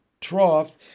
trough